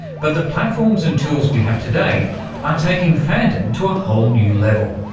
but the platforms and tools we have today are taking fandom to a whole new level.